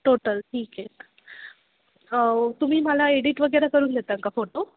total ठीक आहे तुम्ही मला एडिट वगैरे करून देताल का फोटो